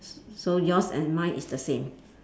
s~ so yours and mine is the same